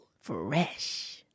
Fresh